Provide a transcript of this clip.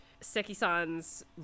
Seki-san's